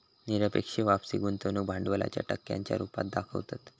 निरपेक्ष वापसी गुंतवणूक भांडवलाच्या टक्क्यांच्या रुपात दाखवतत